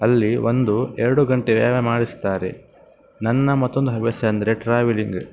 ಅಲ್ಲಿ ಒಂದು ಎರಡು ಗಂಟೆ ವ್ಯಾಯಾಮ ಮಾಡಿಸ್ತಾರೆ ನನ್ನ ಮತ್ತೊಂದು ಹವ್ಯಾಸ ಅಂದರೆ ಟ್ರಾವೆಲಿಂಗ